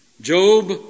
Job